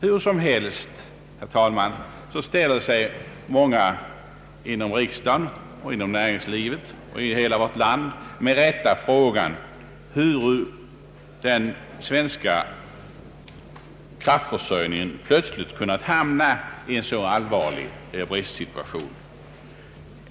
Hur som helst, herr talman, är det många inom riksdagen, inom näringslivet och i hela vårt land som med rätta ställer sig frågan hur den svenska kraftförsörjningen plötsligt kunnat råka i en så allvarlig bristsituation.